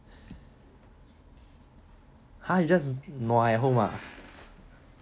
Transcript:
!huh! you just nua at home ah